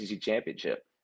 championship